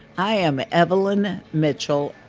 i am evelyn mitchell,